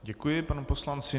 Děkuji panu poslanci.